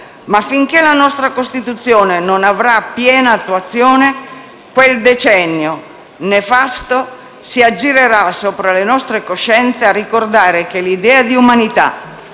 ma finché la nostra Costituzione non avrà piena attuazione, quel decennio nefasto si aggirerà sopra le nostre coscienze a ricordare che l'idea di umanità,